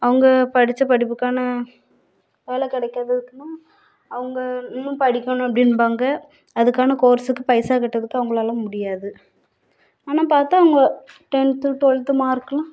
அவங்க படித்த படிப்புக்கான வேலை கிடைக்கறவரைக்கும் அவங்க இன்னும் படிக்கணும் அப்படின்பாங்க அதுக்கான கோர்ஸுக்கு பைசா கட்டுறதுக்கு அவங்களால முடியாது ஆனால் பார்த்தா அவங்க டென்த்து ட்வெலத்து மார்கெலாம்